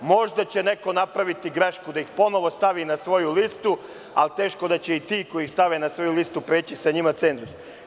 Možda će neko napraviti grešku da ih ponovo stavi na svoju listu, ali teško da će i ti koji ih stave na svoju listu preći sa njima cenzus.